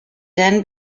then